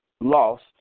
lost